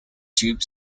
tube